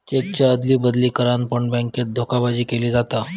चेकच्या अदली बदली करान पण बॅन्केत धोकेबाजी केली जाता